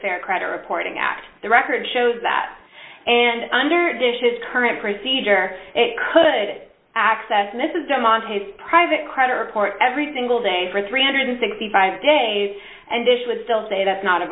fair credit reporting act the record shows that and under dishes current procedure it could access this is democracy as private credit report every single day for three hundred and sixty five dollars days and dish would still say that's not a